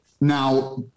now